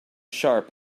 sharp